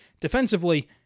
Defensively